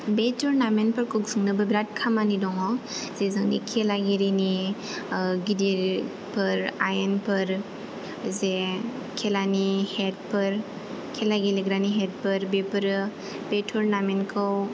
बे तुरनामेन्टफोरखौ खुंनोबो बिरात खामानि दङ जे जोंनि खेलागिरिनि गिदिरफोर आइनफोर जे खेलानि हेदफोर खेला गेलेग्रानि हेदफोर बेफोरो बे तुरनामेन्टखौ